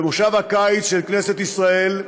מושב הקיץ של כנסת ישראל,